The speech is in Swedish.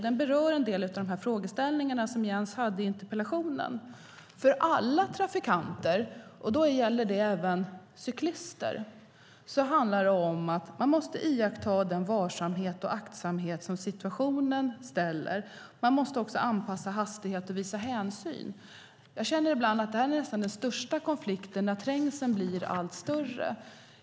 Den berör en del av de frågeställningar som Jens har tagit upp i interpellationen. Alla trafikanter - det gäller även cyklister - måste iaktta den varsamhet och aktsamhet som situationen kräver. Man måste anpassa hastigheten och visa hänsyn. Jag känner ibland att det nästan är den största konflikten, när trängseln blir allt större.